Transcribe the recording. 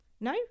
No